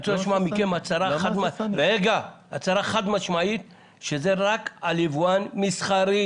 אני רוצה לשמוע מכם הצהרה חד-משמעית שזה חל רק על יבואן מסחרי,